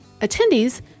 Attendees